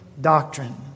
doctrine